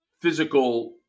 physical